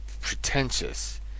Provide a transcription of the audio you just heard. pretentious